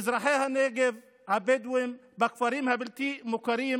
אזרחי הנגב הבדואים בכפרים הבלתי-מוכרים,